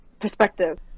perspective